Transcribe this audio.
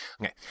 Okay